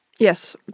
Yes